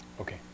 Okay